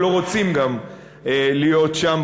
וגם לא רוצים להיות שם,